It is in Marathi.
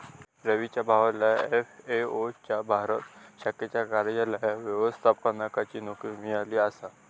रवीच्या भावाला एफ.ए.ओ च्या भारत शाखेच्या कार्यालयात व्यवस्थापकाची नोकरी मिळाली आसा